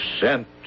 sent